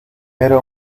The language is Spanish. era